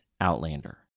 Outlander